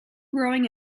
growing